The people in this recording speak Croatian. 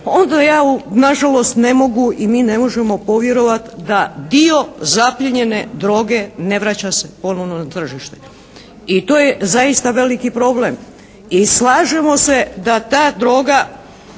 onda ja nažalost ne mogu i mi ne možemo povjerovati da dio zaplijenjene droge ne vraća se ponovno na tržište. I to je zaista veliki problem. I slažemo se da ta droga